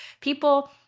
people